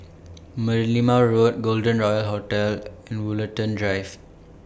Merlimau Road Golden Royal Hotel and Woollerton Drive